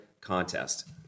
contest